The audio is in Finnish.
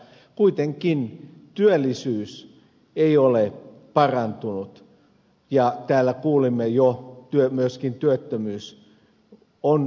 kuitenkaan työllisyys ei ole parantunut ja täällä kuulimme jo että myöskin työttömyys on lisääntynyt